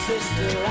Sister